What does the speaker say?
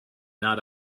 not